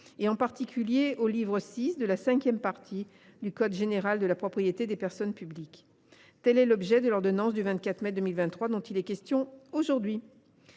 en particulier au livre VI de la cinquième partie du code général de la propriété des personnes publiques. Tel est l’objet de l’ordonnance du 24 mai 2023, que l’on nous demande aujourd’hui